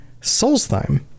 Solstheim